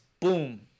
boom